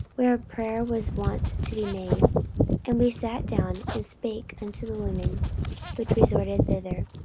where prayer was wont to be made and we sat down, and spake unto the women which resorted thither.